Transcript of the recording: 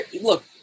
Look